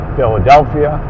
Philadelphia